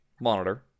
monitor